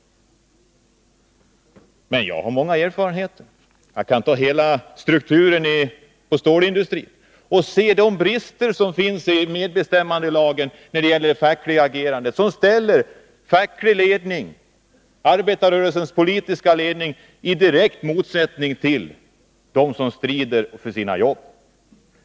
Jag har många erfarenheter som visar på bristerna i medbestämmandelagen när det gäller det fackliga agerandet som ställer den fackliga ledningen och arbetarrörelsens politiska ledning i direkt motsättning till dem som strider för sina jobb.